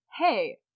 hey